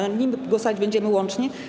Nad nimi głosować będziemy łącznie.